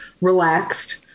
relaxed